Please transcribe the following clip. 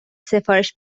سفارش